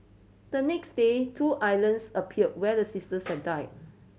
the next day two islands appeared where the sisters had died